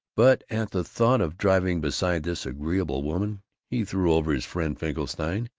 but at the thought of driving beside this agreeable woman he threw over his friend finkelstein,